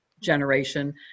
generation